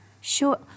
Sure